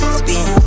spin